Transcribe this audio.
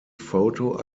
photo